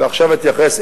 עכשיו אתייחס,